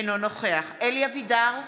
אינו נוכח אלי אבידר,